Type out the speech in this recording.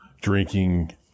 drinking